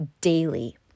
daily